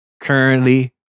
currently